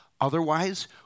Otherwise